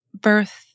birth